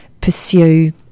pursue